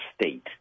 state